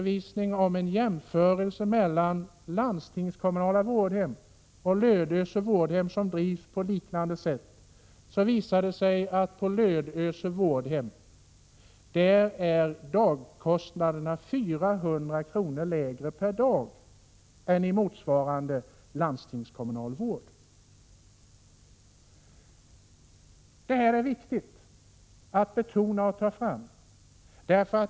Vid en jämförelse mellan landstingskommunala vårdhem och Lödöse vårdhem, som drivs på liknande sätt, visar det sig att dagkostnaderna är 400 kr. lägre på Lödöse vårdhem än i motsvarande landstingskommunal vård. Detta är viktigt att ta fram och betona.